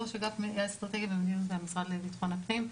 ראש אגף אסטרטגיה במדיניות במשרד לביטחון הפנים.